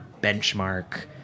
benchmark